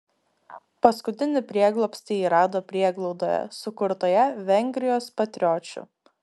paskutinį prieglobstį ji rado prieglaudoje sukurtoje vengrijos patriočių